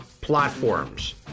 platforms